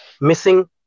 missing